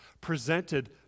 presented